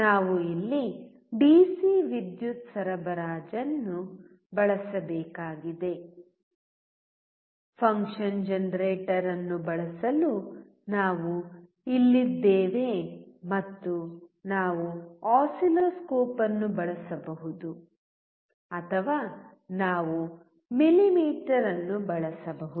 ನಾವು ಇಲ್ಲಿ ಡಿಸಿ ವಿದ್ಯುತ್ ಸರಬರಾಜನ್ನು ಬಳಸಬೇಕಾಗಿದೆ ಫಂಕ್ಷನ್ ಜನರೇಟರ್ ಅನ್ನು ಬಳಸಲು ನಾವು ಇಲ್ಲಿದ್ದೇವೆ ಮತ್ತು ನಾವು ಆಸಿಲ್ಲೋಸ್ಕೋಪ್ ಅನ್ನು ಬಳಸಬಹುದು ಅಥವಾ ನಾವು ಮಿಲಿಮೀಟರ್ ಅನ್ನು ಬಳಸಬಹುದು